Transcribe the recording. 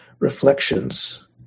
reflections